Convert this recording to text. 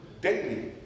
daily